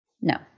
No